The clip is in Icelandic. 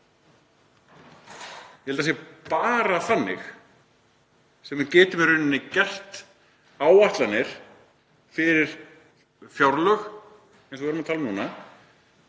Ég held að það sé bara þannig sem við getum í rauninni gert áætlanir fyrir fjárlög eins og við erum að tala um núna